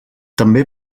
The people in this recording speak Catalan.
també